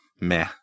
meh